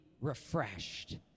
refreshed